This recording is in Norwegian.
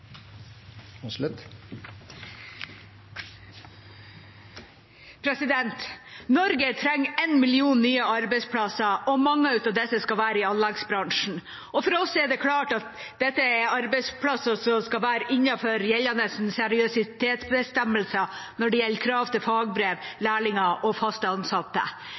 Norge trenger en million nye arbeidsplasser, og mange av disse skal være i anleggsbransjen. For oss er det klart at dette er arbeidsplasser som skal være innenfor gjeldende seriøsitetsbestemmelser når det gjelder krav til fagbrev, lærlinger og fast ansatte.